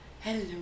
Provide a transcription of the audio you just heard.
hello